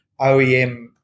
OEM